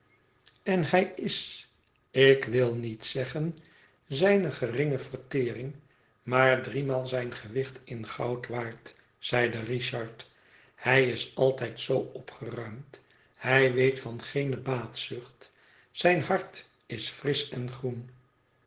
en hij is ik wil niet zeggen zijne geringe vertering maar driemaal zijn gewicht in goud waard zeide richard hij is altijd zoo opgeruimd hij weet van geene baatzucht zijn hart is frisch en groen